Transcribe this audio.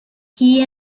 key